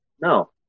No